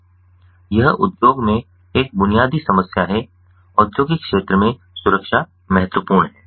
यह उद्योग में एक बुनियादी समस्या है औद्योगिक क्षेत्र में सुरक्षा महत्वपूर्ण है